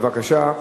בבקשה.